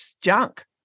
junk